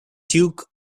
duke